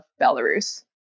Belarus